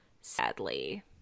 sadly